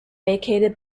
vacated